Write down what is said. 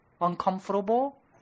uncomfortable